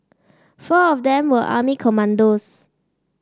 four of them were army commandos